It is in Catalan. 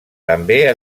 també